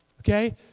Okay